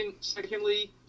Secondly